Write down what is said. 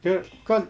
the cause